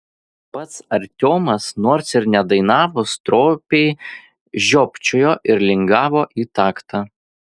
pats artiomas nors ir nedainavo stropiai žiopčiojo ir lingavo į taktą